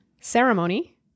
ceremony